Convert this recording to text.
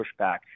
pushback